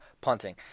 punting